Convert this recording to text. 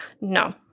No